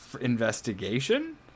investigation